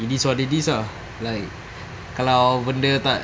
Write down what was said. it is what it is ah like kalau benda tak